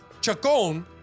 Chacon